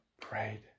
prayed